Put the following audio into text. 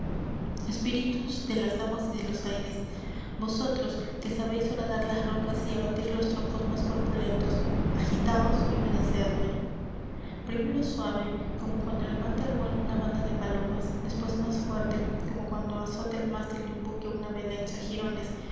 espíritus de las aguas y de los aires vosotros que sabéis horadar las rocas y abatir los troncos más corpulentos agitaos y obedecedme primero suave como cuando levanta el vuelo una banda de palomas después más fuerte como cuando azota el mástil de un buque una vela hecha jirones